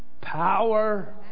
power